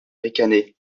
ricaner